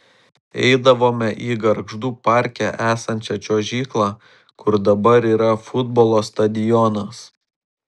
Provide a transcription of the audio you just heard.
eidavome į gargždų parke esančią čiuožyklą kur dabar yra futbolo stadionas